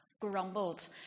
grumbled